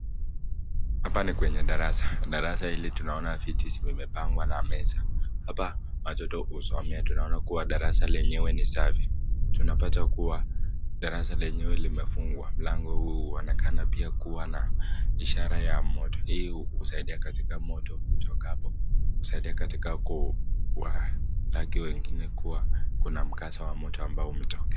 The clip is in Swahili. Hapa ni kwenye darasa. Darasa hili tunaona viti zimepangwa na meza. Hapa watoto husomea. Tunaona kuwa darasa lenyewe ni safi. Tunapata kuwa darasa lenyewe limefungwa. Mlango huu huonekana pia kuwa na ishara ya moto. Hii husaidia katika moto utokapo, husaidia katika kuwalaki wengine kuwa kuna mkasa wa moto ambao umetokea.